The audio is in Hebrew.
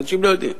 אנשים לא יודעים.